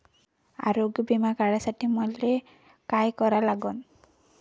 आरोग्य बिमा काढासाठी मले काय करा लागन?